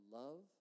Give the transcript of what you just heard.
love